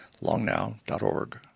longnow.org